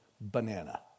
banana